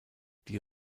die